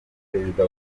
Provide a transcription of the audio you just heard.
perezida